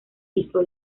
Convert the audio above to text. pisó